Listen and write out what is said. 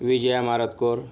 Vijaya मारतकोर